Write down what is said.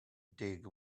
dig